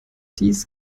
dies